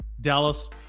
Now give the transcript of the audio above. Dallas